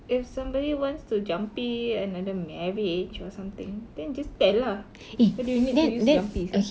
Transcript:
if somebody wants to jampi another marriage or something then just tell lah why do you need to use jampi sia